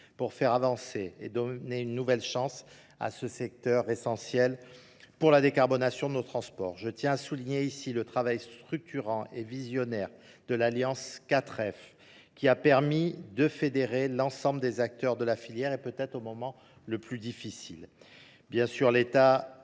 pour faire avancer et donner une nouvelle chance à ce secteur essentiel. pour la décarbonation de nos transports. Je tiens à souligner ici le travail structurant et visionnaire de l'Alliance 4F qui a permis de fédérer l'ensemble des acteurs de la filière et peut-être au moment le plus difficile. Bien sûr, l'État